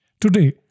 Today